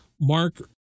Mark